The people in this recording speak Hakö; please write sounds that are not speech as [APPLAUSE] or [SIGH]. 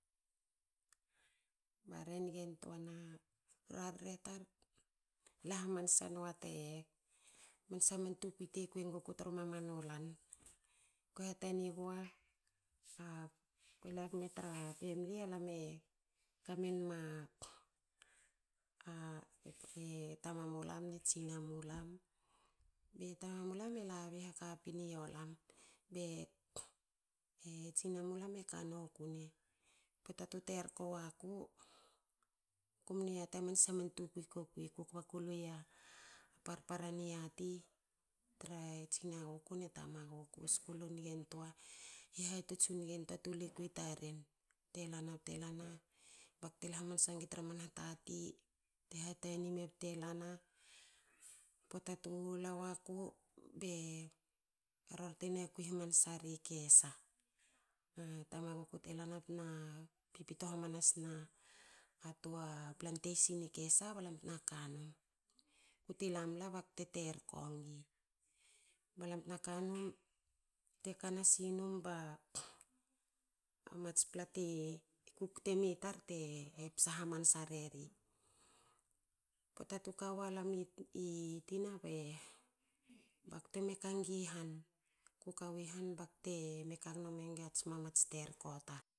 Bare nigantoana. rarre tar ela hamansa nua te. man sha man tukui tekui enguku tru mamanu lan. Kue hatani gua [HESITATION] kue lagme tra pemili. alam e kamenma [HESITATION] tamulam ne tsinamulam. be tamamulam e labin hakpin yolam be tsinamulam e kanoku ne. poata tu terko waku. ku mnu yati man shaman tukui ko kui ka ku luya man parpara niati tre tsinaguku ne tamaguku. u skul u nigantoa hihatots u nigan toa tu luiki i taren. Bte lana bte lana bakte la hamansa nigi tra man hatati te hatani ma bte lana. poata tu la waku ne a ror tena kui hahamnsa ri kessa. Be tamaguku te lana bte na pitna tua plantation i kessa balam tna kanum. Aku ti lamla bakte terko nigi. balam tena kanum te kana sinum ba mats pla ti kukte mi tar te psa hamansa reri. Poata tu kawalam i tina bakte me kangi han. kuka wi han bakte kagno mengats mama ats ter ko tar.